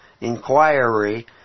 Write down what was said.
inquiry